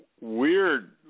weird